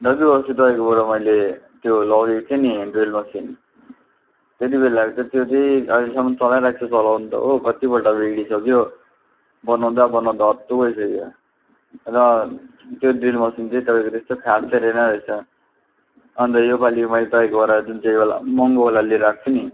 दाजु अस्ति तपाईँकोबाट मैले त्यो लगेको थिएँ नि ड्रिल मसिन त्यति बेलाको त्यो चाहिँ अहिलेसम्म चलाइरहेको छु चलाउनु त हो कतिपल्ट बिग्रिसक्यो बनाउँदा बनाउँदा हत्तु भइसक्यो र त्यो ड्रिल मसिन चाहिँ तपाईँको त्यस्तो खास चाहिँ रहेन रहेछ अन्त यो पालि मैले तपाईँकोबाट जुन चाहिँ वाला महँगो वाला लिएर आएको छु नि